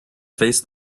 face